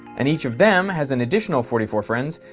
and each of them has an additional forty four friends,